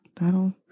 That'll